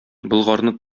болгарны